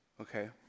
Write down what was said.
Okay